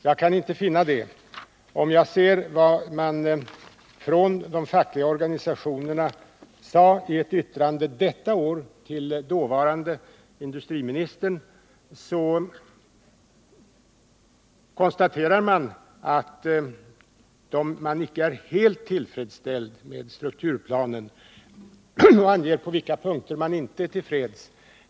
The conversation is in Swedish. Jag kan inte finna det. I ett yttrande detta år konstaterar de fackliga organisationerna att man icke är helt tillfredsställd med strukturplanen och anger på vilka punkter man inte är till freds.